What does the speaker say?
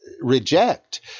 reject